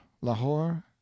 Lahore